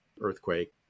earthquake